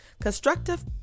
constructive